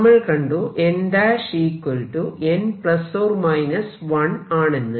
നമ്മൾ കണ്ടു nn±1 ആണെന്ന്